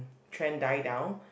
trend die down